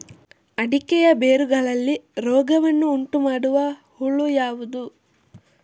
ಅಡಿಕೆಯ ಬೇರುಗಳಲ್ಲಿ ರೋಗವನ್ನು ಉಂಟುಮಾಡುವ ಹುಳು ಯಾವುದು?